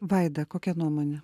vaida kokia nuomonė